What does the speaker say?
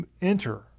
enter